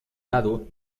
lado